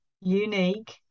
unique